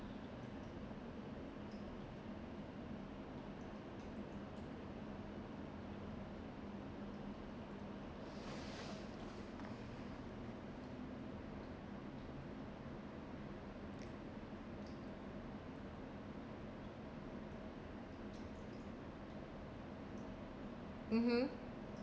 mmhmm